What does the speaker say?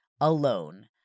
alone